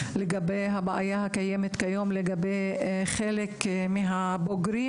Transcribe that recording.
הבעיה הקיימת היום לגבי חלק מהבוגרים,